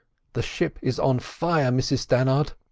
the ship is on fire, mrs stannard.